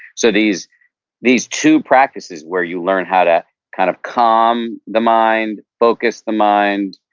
so these these two practices where you learn how to kind of calm the mind, focus the mind,